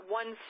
one